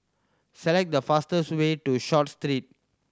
select the fastest way to Short Street